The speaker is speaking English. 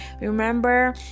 Remember